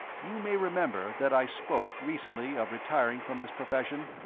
you may remember that i spoke, recently, of retiring from this profession?